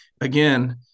again